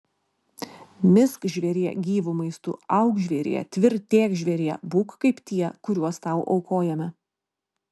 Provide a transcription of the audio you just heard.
misk žvėrie gyvu maistu auk žvėrie tvirtėk žvėrie būk kaip tie kuriuos tau aukojame